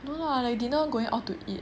no lah like dinner going out to eat